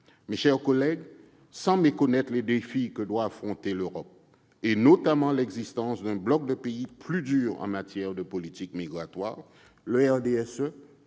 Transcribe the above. Mes chers collègues, sans méconnaître les défis que doit relever l'Europe, notamment l'existence d'un bloc de pays plus durs en matière de politique migratoire, le